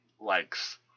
likes